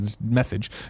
message